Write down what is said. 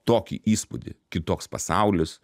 tokį įspūdį kitoks pasaulis